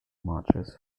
marchers